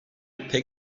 pek